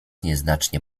nieznacznie